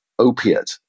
opiate